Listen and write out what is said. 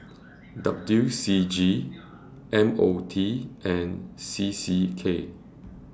W C G M O T and C C K